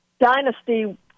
dynasty